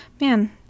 Man